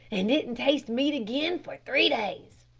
an' didn't taste meat again for three days!